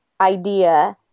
idea